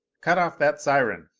cut off that siren!